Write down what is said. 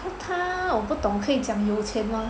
他我不懂可以讲有钱吗